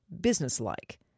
businesslike